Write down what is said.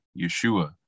Yeshua